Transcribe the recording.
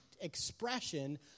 expression